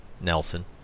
nelson